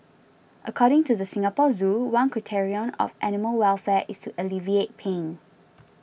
according to the Singapore Zoo one criterion of animal welfare is to alleviate pain